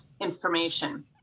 information